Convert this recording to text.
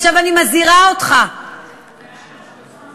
עכשיו, אני מזהירה אותך, מיקי.